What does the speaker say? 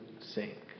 sink